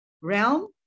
realm